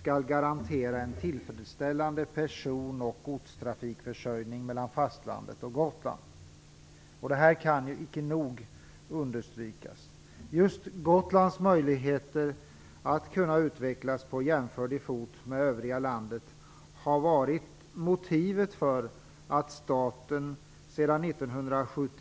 skall garantera en tillfredsställande person och godstrafikförsörjning mellan fastlandet och Gotland. Detta kan icke nog understrykas. Just Gotlands möjligheter att utvecklas jämbördigt med övriga landet har varit ett motiv för att staten skulle påta sig det här ansvaret.